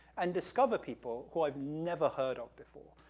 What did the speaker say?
and discover people who i've never heard of before,